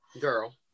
Girl